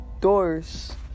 doors